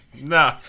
No